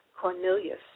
Cornelius